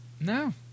No